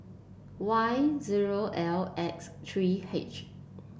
Y zero L X three H